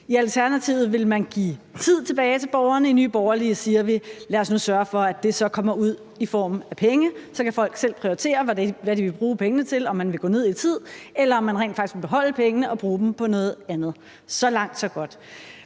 I Alternativet vil man give tid tilbage til borgerne, og i Nye Borgerlige siger vi: Lad os nu sørge for, at det så kommer ud i form af penge. Så kan folk selv prioritere, hvad de vil bruge pengene til, om de vil gå ned i tid, eller om de rent faktisk vil beholde pengene og bruge dem på noget andet. Så langt, så godt.